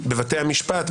בבתי המשפט,